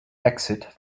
exit